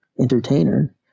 entertainer